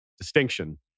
distinction